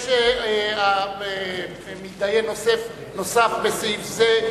יש מתדיין נוסף בסעיף זה,